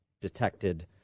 detected